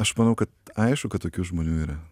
aš manau kad aišku kad tokių žmonių yra